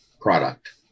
product